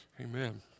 Amen